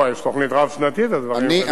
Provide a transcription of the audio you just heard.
לא, יש תוכנית רב-שנתית, אז הדברים רלוונטיים.